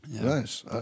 Nice